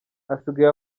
asigaye